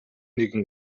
нэгэн